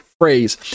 phrase